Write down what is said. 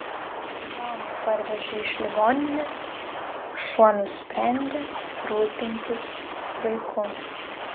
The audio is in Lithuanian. kai joną parvežė iš ligoninės šuo nusprendė rūpintis vaiku